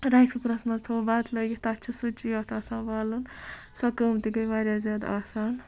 rice cookers منٛز تھوٚو بَتہٕ لٲگِتھ تَتھ چھِ سُچی یوت آسان والُن سۄ کٲم تہِ گٔے واریاہ زیادٕ آسان